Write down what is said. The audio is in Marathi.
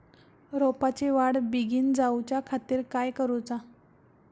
रोपाची वाढ बिगीन जाऊच्या खातीर काय करुचा?